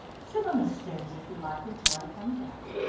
sit on the stairs if you like until i come down.